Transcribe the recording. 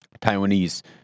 Taiwanese